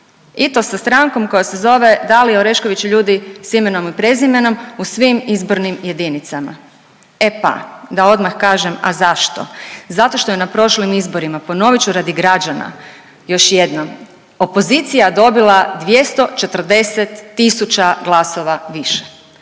i to sa strankom koja se zove Dalija Orešković ljudi s imenom i prezimenom u svim izbornim jedinicama. E pa da odmah kažem a zašto? Zato što je na prošlim izborima, ponovit ću radi građana još jednom, opozicija dobila 240 tisuća glasova više,